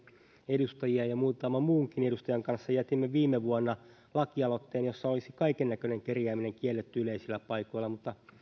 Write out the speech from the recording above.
edustajien ja muutaman muunkin edustajan kanssa jätti viime vuonna lakialoitteen jossa olisi kaikennäköinen kerjääminen kielletty yleisillä paikoilla mutta